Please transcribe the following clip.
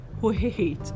Wait